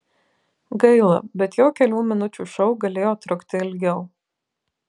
gaila bet jo kelių minučių šou galėjo trukti ilgiau